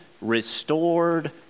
restored